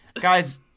Guys